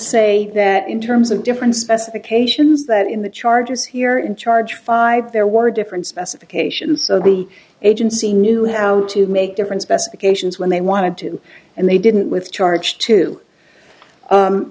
say that in terms of different specifications that the charges here in charge five there were different specifications so the agency knew how to make different specifications when they wanted to and they didn't with charge to